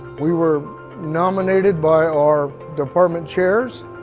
we were nominated by our department chairs.